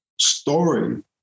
story